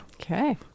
Okay